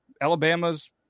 Alabama's